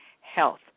health